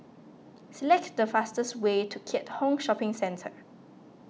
select the fastest way to Keat Hong Shopping Centre